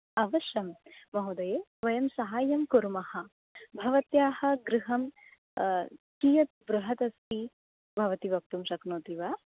अवश्यं महोदये वयं सहायं कुर्मः भवत्याः गृहं कियत् बृहदस्ति भवति वक्तुं शक्नोति वा